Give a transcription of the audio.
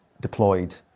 deployed